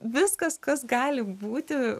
viskas kas gali būti